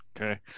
Okay